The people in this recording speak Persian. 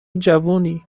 جوونی